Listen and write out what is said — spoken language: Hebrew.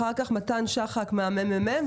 אחר כך מתן שחק מהממ"מ,